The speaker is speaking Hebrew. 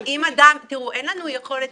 אין לנו יכולת,